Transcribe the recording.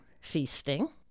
feasting